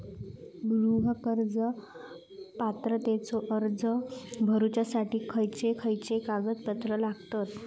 गृह कर्ज पात्रतेचो अर्ज भरुच्यासाठी खयचे खयचे कागदपत्र लागतत?